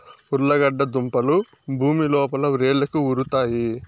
ఉర్లగడ్డ దుంపలు భూమి లోపల వ్రేళ్లకు ఉరుతాయి